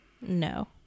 no